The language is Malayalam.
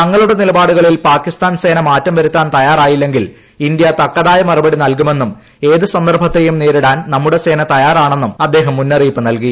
തങ്ങളുടെ നിലപാടുകളിൽ പാകിസ്ഥാൻ സേന മാറ്റം വരുത്താൻ തയാറായില്ലെങ്കിൽ ഇന്ത്യ തക്കതായ മറുപടി നൽകുമെന്നും ഏത് സന്ദർഭത്തെയും നേരിടാൻ നമ്മുടെ സേന തയാറാണെന്നും അദ്ദേഹം മുന്നറിയിപ്പ് നൽകി